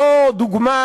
זו דוגמה